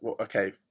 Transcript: okay